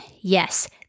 Yes